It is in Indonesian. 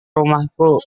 rumahku